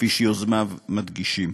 כפי שיוזמיו מדגישים.